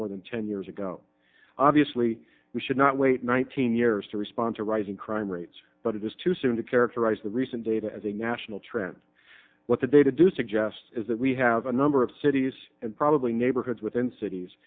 more than ten years ago obviously we should not wait one thousand years to respond to rising crime rates but it is too soon to characterize the recent data as a national trend what the data do suggest is that we have a number of cities and probably neighborhoods within cities